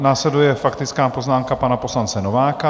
Následuje faktická poznámka pana poslance Nováka.